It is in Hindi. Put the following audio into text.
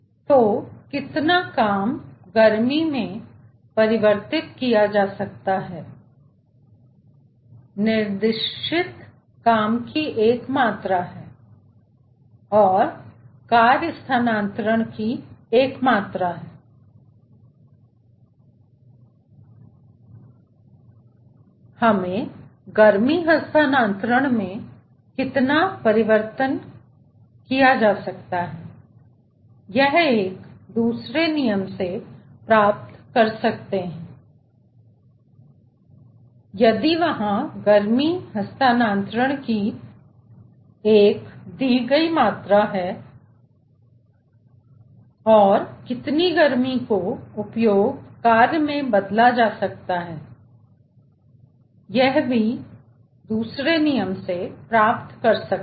तो कितना काम गर्मी में परिवर्तित किया जा सकता है निर्दिष्टित काम की एक मात्रा है या यदि निर्दिष्टित कार्य हस्तांतरण की एक मात्रा है इसे गर्मी हस्तांतरण में कितना परिवर्तित किया जा सकता है यह हम दूसरे नियम से प्राप्त कर सकते हैं और यदि वहां गर्मी हस्तांतरण की एक दी गई मात्रा है और कितनी गर्मी को उपयोगी कार्य में बदला जा सकता है यह भी हम दूसरे नियम से प्राप्त कर सकते हैं